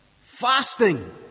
fasting